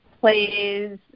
plays –